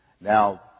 Now